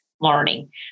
learning